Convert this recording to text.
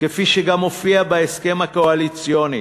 כפי שגם הופיע בהסכם הקואליציוני.